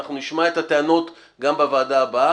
אנחנו נשמע את הטענות גם בוועדה הבאה.